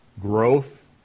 Growth